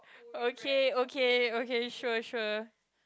okay okay okay sure sure